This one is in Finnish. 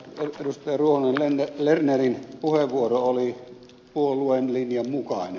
ruohonen lernerin puheenvuoro oli puolueen linjan mukainen